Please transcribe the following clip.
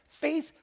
Faith